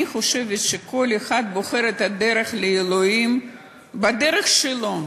אני חושבת שכל אחד בוחר את הדרך לאלוהים בדרך שלו,